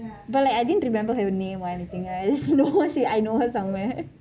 but like I didn't remember her name or anything I just know she I know her somewhere